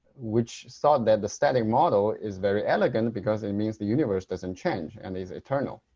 which thought that the static model is very elegant because it means the universe doesn't change and is eternal.